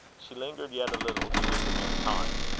she lingered yet a little, to give the man time.